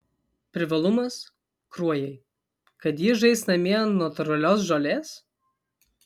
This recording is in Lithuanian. privalumas kruojai kad ji žais namie ant natūralios žolės